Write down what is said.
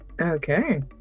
Okay